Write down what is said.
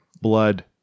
blood